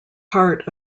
part